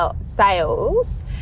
sales